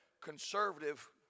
conservative